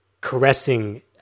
caressing